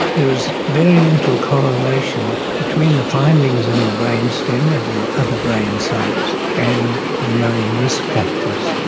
there is very little correlation between the findings in the brain stem or other brain sites and the known risk factors.